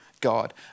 God